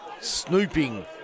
snooping